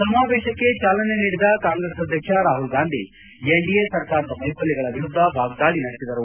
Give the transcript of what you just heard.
ಸಮಾವೇಶಕ್ಕೆ ಚಾಲನೆ ನೀಡಿದ ಕಾಂಗ್ರೆಸ್ ಅಧ್ಯಕ್ಷ ರಾಹುಲ್ ಗಾಂಧಿ ಎನ್ಡಿಎ ಸರ್ಕಾರದ ವೈಫಲ್ಯಗಳ ವಿರುದ್ದ ವಾಗ್ದಾಳಿ ನಡೆಸಿದರು